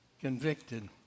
convicted